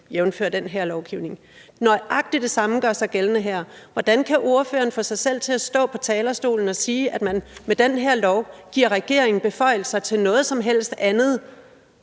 dage, jævnfør den her lovgivning. Nøjagtig det samme gør sig gældende her. Hvordan kan ordføreren få sig selv til at stå på talerstolen og sige, at man med den her lov giver regeringen beføjelser til noget som helst andet,